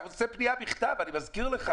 אתה רוצה פנייה בכתב, אני מזכיר לך.